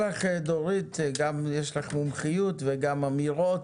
תודה לך, דורית, יש לך גם מומחיות וגם אמירות,